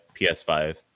PS5